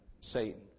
Satan